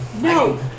No